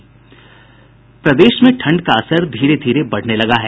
प्रदेश में ठंड का असर धीरे धीरे बढने लगा है